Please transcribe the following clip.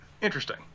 Interesting